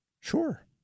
Sure